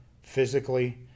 physically